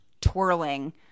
twirling